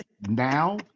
now